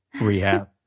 rehab